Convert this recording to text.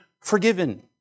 forgiven